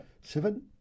Seven